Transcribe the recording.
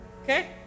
Okay